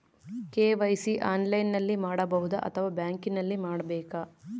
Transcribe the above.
KYC ಆನ್ಲೈನಲ್ಲಿ ಮಾಡಬಹುದಾ ಅಥವಾ ಬ್ಯಾಂಕಿನಲ್ಲಿ ಮಾಡ್ಬೇಕಾ?